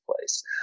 place